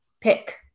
pick